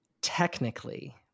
technically